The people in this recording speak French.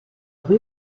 rue